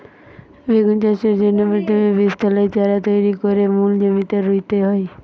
বেগুন চাষের জন্যে প্রথমে বীজতলায় চারা তৈরি কোরে মূল জমিতে রুইতে হয়